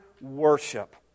worship